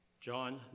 John